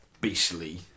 beastly